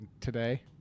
today